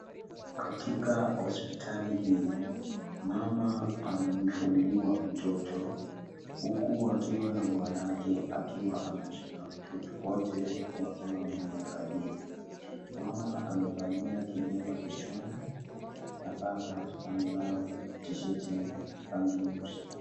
Katika hospitali hii, mama amejifungua mtoto huku wakiwa na bwanake akiwa ameshika mtoto, wote wakiwa wamemwangalia. Mama amevalia kilemba kichwani na baba amevaa tisheti yenye rangi nyeusi.